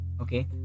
okay